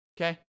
okay